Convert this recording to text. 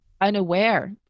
unaware